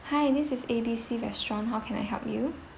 hi this is A B C restaurant how can I help you